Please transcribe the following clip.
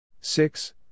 Six